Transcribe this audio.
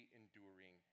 enduring